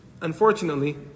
unfortunately